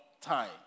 time